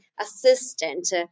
assistant